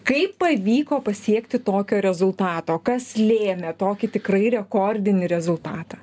kaip pavyko pasiekti tokio rezultato kas lėmė tokį tikrai rekordinį rezultatą